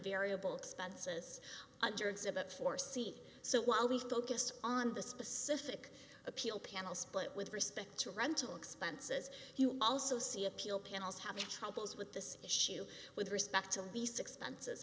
variable expenses adjourns about four seat so while we focused on the specific appeal panel split with respect to rental expenses you also see appeal panels having troubles with this issue with respect to lease expenses